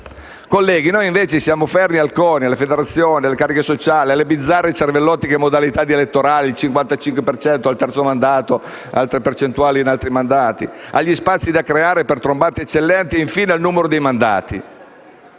Colleghi, noi invece siamo fermi al CONI, alle federazioni, alle cariche sociali, alle bizzarre e cervellotiche modalità elettorali (il 55 per cento al terzo mandato, altre percentuali per altri mandati), agli spazi da creare per trombati eccellenti e, infine, al numero dei mandati.